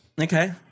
okay